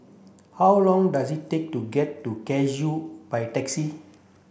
how long does it take to get to Cashew by taxi